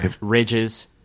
ridges